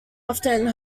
often